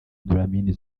dlamini